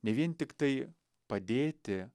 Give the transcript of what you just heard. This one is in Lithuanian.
ne vien tiktai padėti